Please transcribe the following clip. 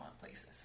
places